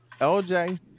LJ